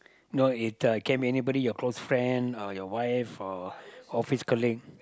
no it the can be anybody your closed friend uh your wife or office colleague